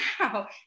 Wow